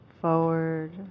forward